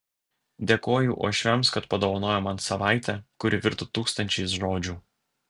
dėkoju uošviams kad padovanojo man savaitę kuri virto tūkstančiais žodžių